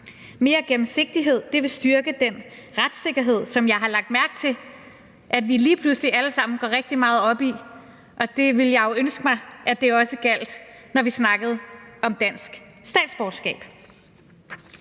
Mere gennemsigtighed vil styrke den retssikkerhed, som jeg har lagt mærke til at vi lige pludselig alle sammen går rigtig meget op i, og jeg ville jo ønske, at det også gjaldt, når vi snakkede om dansk statsborgerskab.